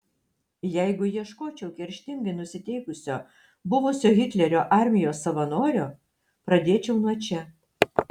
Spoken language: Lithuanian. jeigu ieškočiau kerštingai nusiteikusio buvusio hitlerio armijos savanorio pradėčiau nuo čia